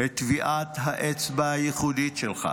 את טביעת האצבע הייחודית שלך.